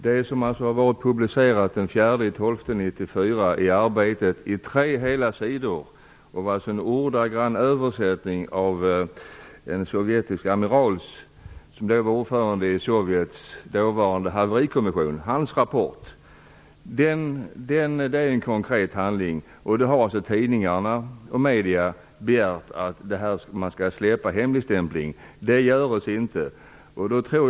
Fru talman! Detta förstår jag också. Men det som publicerades i Arbetet - på tre hela sidor - den 4 december 1994 var en ordagrann översättning av rapporten från den sovjetiske amiral som var ordförande i Sovjets dåvarande haverikommission. Det är en konkret handling. Tidningarna och medierna har begärt att man skall häva hemligstämpeln på detta dokument. Det görs inte.